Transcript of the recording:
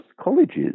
colleges